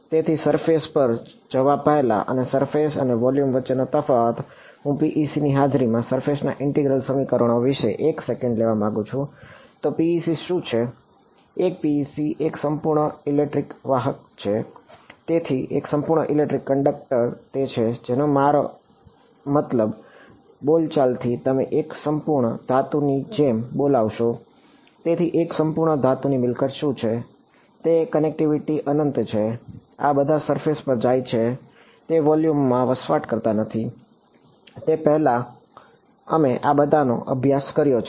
તેથી સરફેસ માં વસવાટ કરતા નથી તે પહેલાં અમે આ બધાનો અભ્યાસ કર્યો છે